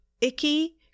icky